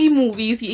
movies